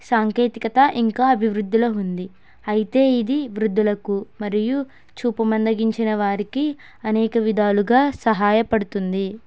సాంకేతికత ఇంకా అభివృద్ధిలో ఉంది అయితే ఇది వృద్ధులకు మరియు చూపు మందగించిన వారికి అనేక విధాలుగా సహాయపడుతుంది